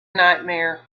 nightmare